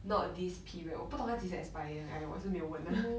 not this period 我不懂他及时 expire and 我也是没有问